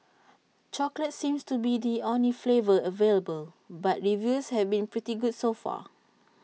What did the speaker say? chocolate seems to be the only flavour available but reviews have been pretty good so far